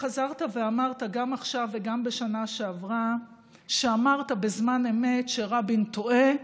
חזרת ואמרת גם עכשיו וגם בשנה שעברה שאמרת בזמן אמת שרבין טועה,